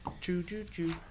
Choo-choo-choo